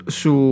su